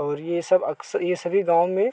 और ये सब अक्सर ये सभी गाँव में